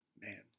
man